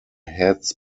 heads